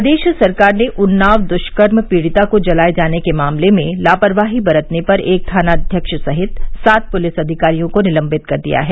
प्रदेश सरकार ने उन्नाव दुष्कर्म पीड़िता को जलाए जाने के मामले में लापरवाही बरतने पर एक थानाध्यक्ष सहित सात पुलिस अधिकारियों को निलम्बित कर दिया है